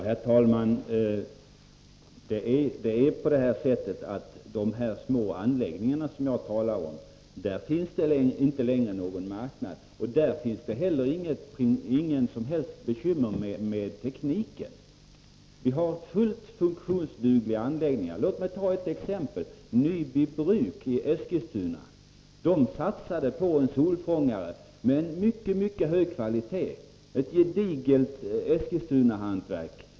Herr talman! För de små anläggningar som jag talar om finns det inte längre någon marknad. När det gäller dem har man inte heller något som helst bekymmer med tekniken. Vi har fullt funktionsdugliga anläggningar. Låt mig som exempel nämna Nyby Bruk i Eskilstuna. Där satsade man på en solfångare med en utomordentligt hög kvalitet — det var ett gediget Eskilstunahantverk.